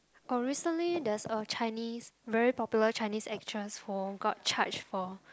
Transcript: oh recently there's a Chinese very popular Chinese actress who got charged for